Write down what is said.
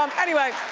um anyway.